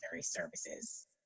services